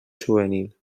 juvenil